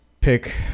pick